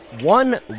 One